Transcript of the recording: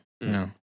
No